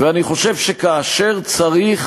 אני חושב שכאשר צריך